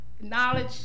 knowledge